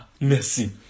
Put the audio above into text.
mercy